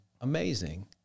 amazing